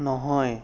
নহয়